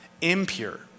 impure